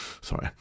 sorry